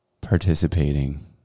participating